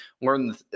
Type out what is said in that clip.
learn